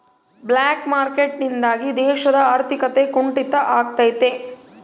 block market ನಿಂದಾಗಿ ದೇಶದ ಆರ್ಥಿಕತೆ ಕುಂಟಿತ ಆಗ್ತೈತೆ